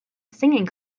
singing